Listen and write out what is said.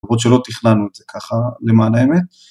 ברור שלא תכננו את זה ככה למען האמת.